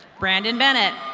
brandon bennet.